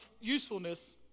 usefulness